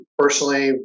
personally